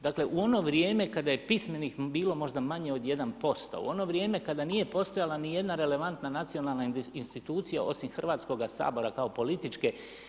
Dakle u ono vrijeme kada je pismenih bilo možda manje od 1%, u ono vrijeme kada nije postojala ni jedna relevantna nacionalna institucija osim Hrvatskoga sabora, kao političke.